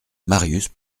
marius